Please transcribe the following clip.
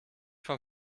vom